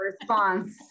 response